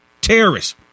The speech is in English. terrorists